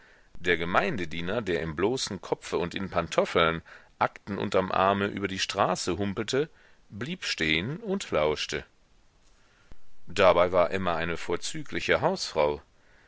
der gemeindediener der im bloßen kopfe und in pantoffeln akten unterm arme über die straße humpelte blieb stehen und lauschte dabei war emma eine vorzügliche hausfrau